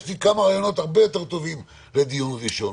יש לי כמה רעיונות הרבה יותר טובים לדיון ראשון,